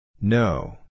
No